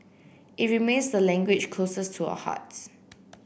it remains the language closest to our hearts